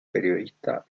periodista